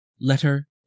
Letter